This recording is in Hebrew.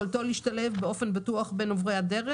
יכולתו להשתלב באופן בטוח בין עוברי הדרך